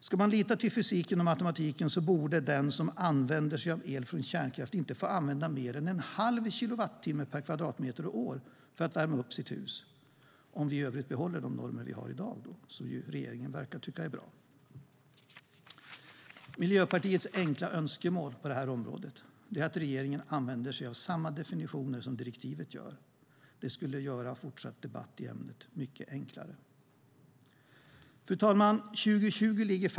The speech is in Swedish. Ska man lita till fysiken och matematiken borde den som använder sig av el från kärnkraft inte få använda mer än 1⁄2 kilowattimme per kvadratmeter och år för att värma upp sitt hus, om vi i övrigt behåller de normer vi har i dag, vilka regeringen verkar tycka är bra. Miljöpartiets enkla önskemål på det här området är att regeringen använder sig av samma definitioner som direktivet gör. Det skulle göra den fortsatta debatten i ämnet mycket enklare. Fru talman!